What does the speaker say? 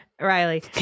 Riley